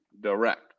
direct